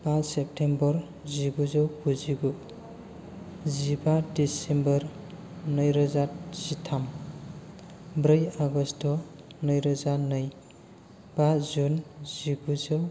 बा सेप्तेमबर जिगुजौ गुजिगु जिबा दिसेम्बर नैरोजा जिथाम ब्रै आगष्ट नैरोजा नै बा जुन जिगुजौ